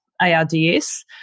ARDS